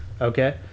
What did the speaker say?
okay